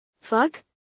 Fuck